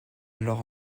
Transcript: alors